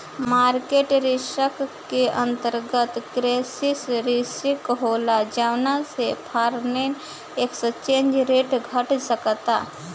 market risk के अंतर्गत, currency risk होला जौना से फॉरेन एक्सचेंज रेट घट सकता